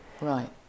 Right